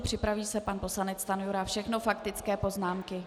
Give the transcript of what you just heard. Připraví se pan poslanec Stanjura, všechno faktické poznámky.